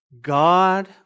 God